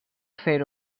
fer